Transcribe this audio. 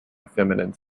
feminine